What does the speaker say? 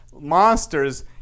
monsters